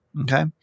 Okay